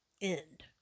End